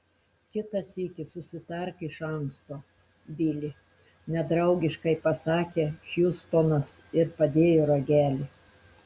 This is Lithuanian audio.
kitą sykį susitark iš anksto bili nedraugiškai pasakė hjustonas ir padėjo ragelį